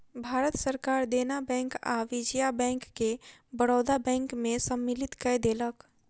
भारत सरकार देना बैंक आ विजया बैंक के बड़ौदा बैंक में सम्मलित कय देलक